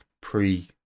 pre